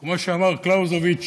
כמו שאמר קלאוזביץ,